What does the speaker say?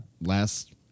Last